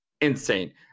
insane